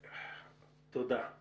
תודה.